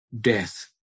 death